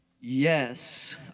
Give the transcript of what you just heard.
Yes